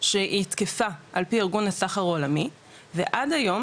שהיא תקפה על פי ארגון הסחר העולמי ועד היום